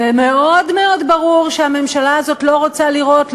ומאוד מאוד ברור שהממשלה הזאת לא רוצה לראות,